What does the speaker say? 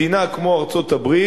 מדינה כמו ארצות-הברית,